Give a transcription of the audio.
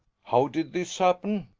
how did this happen?